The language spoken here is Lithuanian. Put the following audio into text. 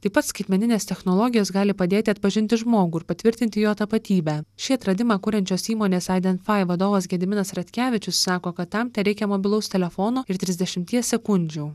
taip pat skaitmeninės technologijos gali padėti atpažinti žmogų ir patvirtinti jo tapatybę šį atradimą kuriančios įmonės aidenfai vadovas gediminas ratkevičius sako kad tam tereikia mobilaus telefono ir trisdešimties sekundžių